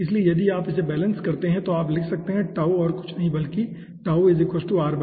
इसलिए यदि आप इसे बैलेंस करते हैं तो आप लिख सकते हैं कि और कुछ नहीं बल्कि है